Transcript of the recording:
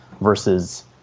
versus